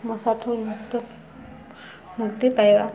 ମଶା ଠୁ ମୁକ୍ତ ମୁକ୍ତି ପାଇବା